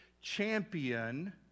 champion